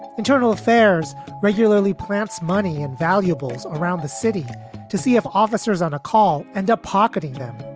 internal affairs regularly plants money and valuables around the city to see if officers on a call end up pocketing them